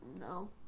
No